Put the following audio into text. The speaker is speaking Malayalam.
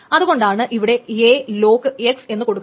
അതു കൊണ്ടാണ് ഇവിടെ a ലോക്ക് x എന്ന് കൊടുക്കുന്നത്